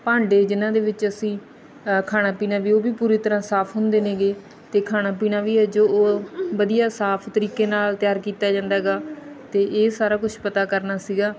ਭਾਂਡੇ ਜਿਹਨਾਂ ਦੇ ਵਿੱਚ ਅਸੀਂ ਖਾਣਾ ਪੀਣਾ ਵੀ ਉਹ ਵੀ ਪੂਰੀ ਤਰ੍ਹਾਂ ਸਾਫ ਹੁੰਦੇ ਨੇਗੇ ਅਤੇ ਖਾਣਾ ਪੀਣਾ ਵੀ ਜੋ ਉਹ ਵਧੀਆ ਸਾਫ ਤਰੀਕੇ ਨਾਲ ਤਿਆਰ ਕੀਤਾ ਜਾਂਦਾ ਗਾ ਅਤੇ ਇਹ ਸਾਰਾ ਕੁਛ ਪਤਾ ਕਰਨਾ ਸੀਗਾ